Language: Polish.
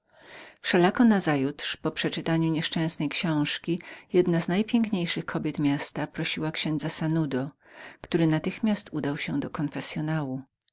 kobiet wszelako nazajutrz po przeczytaniu nieszczęsnej książki jedna z najpiękniejszych kobiet z miasta prosiła księdza sanudo który natychmiast udał się do konfessyonału